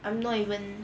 I'm not even